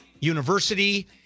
University